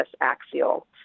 Axial